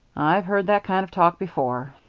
i've heard that kind of talk before.